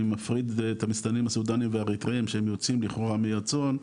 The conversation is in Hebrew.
אני מפריד את המסתננים הסודנים והאריתראים שהם יוצאים לכאורה מרצון,